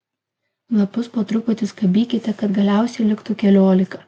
lapus po truputį skabykite kad galiausiai liktų keliolika